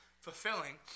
fulfilling